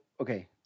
Okay